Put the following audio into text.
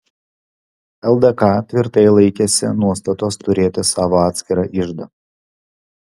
ldk tvirtai laikėsi nuostatos turėti savo atskirą iždą